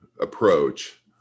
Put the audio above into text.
approach